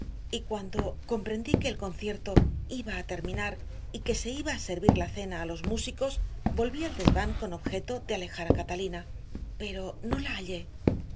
y cuando comprendí que el concierto iba a terminar y que se iba a servir la cena a los músicos volví al desván con objeto de alejar a catalina pero no la hallé